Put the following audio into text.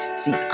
see